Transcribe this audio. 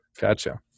Gotcha